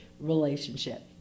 relationship